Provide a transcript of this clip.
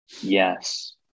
Yes